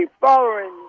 following